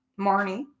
Marnie